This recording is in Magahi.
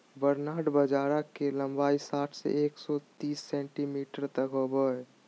बरनार्ड बाजरा के लंबाई साठ से एक सो तिस सेंटीमीटर तक होबा हइ